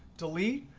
delete,